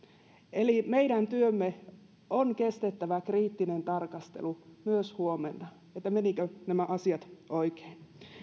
eli meidän työmme on kestettävä kriittinen tarkastelu myös huomenna että menivätkö nämä asiat oikein